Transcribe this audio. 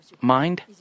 mind